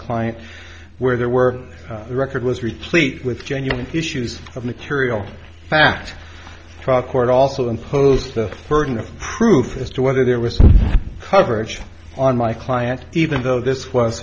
client where there were the record was replete with genuine issues of material fact trial court also imposed the burden of proof as to whether there was coverage on my client even though this was